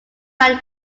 man